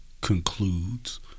concludes